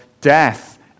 death